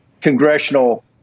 congressional